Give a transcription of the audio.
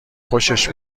خوشش